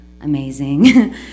amazing